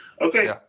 Okay